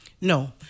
No